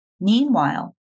Meanwhile